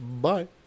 Bye